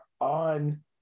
on